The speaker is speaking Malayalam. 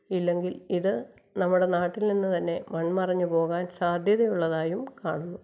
ഇല്ലെങ്കിൽ ഇത് നമ്മുടെ നാട്ടിൽ നിന്നുതന്നെ മണ്മറഞ്ഞ് പോകാൻ സാധ്യതയുള്ളതായും കാണുന്നു